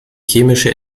chemische